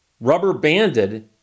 rubber-banded